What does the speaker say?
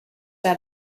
out